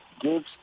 gives